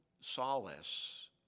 solace